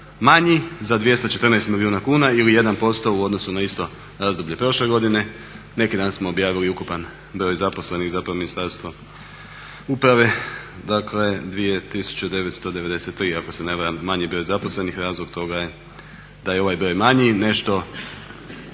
manji za 214 milijuna kuna ili 1% u odnosu na isto razdoblje prošle godine. Neki dan smo objavili ukupan broj zaposlenih zapravo Ministarstvo uprave dakle 2993 ako se ne varam manji broj zaposlenih. Razlog toga je da je ovaj broj manji nešto